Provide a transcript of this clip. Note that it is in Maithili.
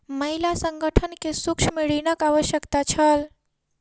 महिला संगठन के सूक्ष्म ऋणक आवश्यकता छल